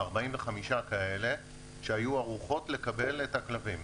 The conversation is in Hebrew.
45 כלביות שהיו ערוכות לקבל את הכלבים.